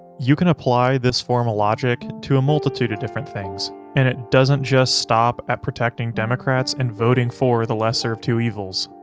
you can apply this form of logic to a multitude of different things and it doesn't just stop at protecting democrats and voting for the lesser of two evils.